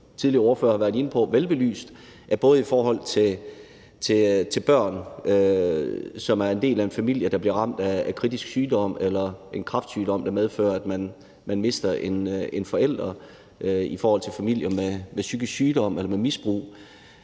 tidligere ordførere har været inde på, velbelyst, at der både i forhold til børn, som er en del af en familie, der bliver ramt af kritisk sygdom – f.eks. en kræftsygdom, der gør, at man mister en forælder – og i forhold til børn med en forælder med en psykisk sygdom eller misbrug